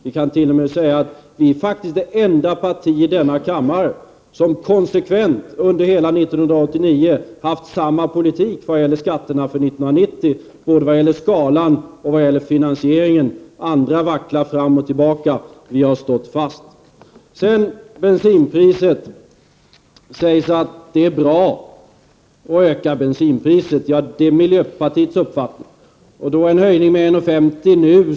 Vi kan t.o.m. säga att vi faktiskt är det enda parti i denna kammare som konsekvent under hela 1989 fört samma politik vad gäller skatterna för 1990, både vad gäller skalan och vad gäller finansieringen. Andra vacklar fram och tillbaka — vi har stått fast! Så till frågan om bensinpriset. Det sägs att det är bra att höja bensinspriset. Ja, det är ju miljöpartiets uppfattning. En höjning nu med 1:50 kr.